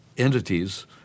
Entities